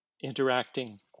interacting